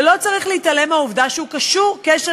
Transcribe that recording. ולא צריך להתעלם מהעובדה שהוא קשור קשר